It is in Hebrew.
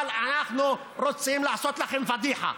אבל אנחנו רוצים לעשות לכם פדיחה,